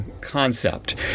concept